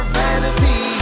vanity